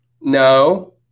No